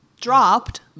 Dropped